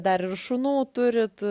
dar ir šunų turit